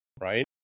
right